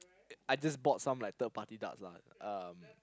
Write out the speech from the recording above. I just bought some like third party darts lah um